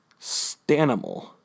Stanimal